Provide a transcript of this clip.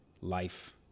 life